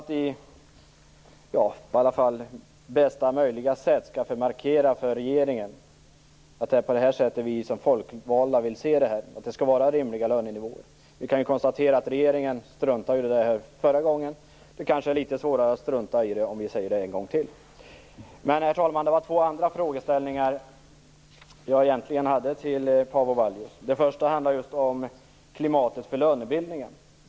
Då markerar vi på bästa möjliga sätt för regeringen att det är så här vi som folkvalda vill se det. Det skall vara rimliga lönenivåer. Vi kan konstatera att regeringen struntade i detta förra gången. Det kanske är litet svårare att strunta i det om vi säger det en gång till. Herr talman! Jag har egentligen två andra frågor till Paavo Vallius. Den första handlar om klimatet för lönebildningen.